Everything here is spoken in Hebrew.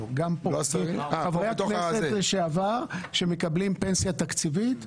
חברי הכנסת לשעבר שמקבלים פנסיה תקציבית,